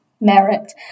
merit